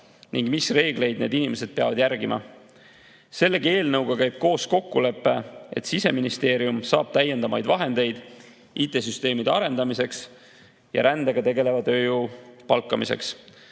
ning mis reegleid need inimesed peavad järgima. Sellegi eelnõuga käib koos kokkulepe, et Siseministeerium saab lisavahendeid IT‑süsteemide arendamiseks ja rändega tegeleva tööjõu palkamiseks.